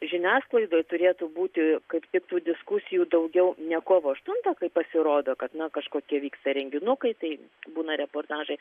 žiniasklaidoj turėtų būti kaip tik tų diskusijų daugiau ne kovo aštuntą kaip pasirodo kad kažkokie vyksta renginukai tai būna reportažai